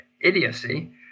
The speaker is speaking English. idiocy